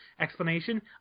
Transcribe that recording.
explanation